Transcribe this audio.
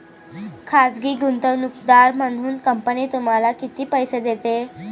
खाजगी गुंतवणूकदार म्हणून कंपनी तुम्हाला किती पैसे देते?